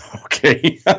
okay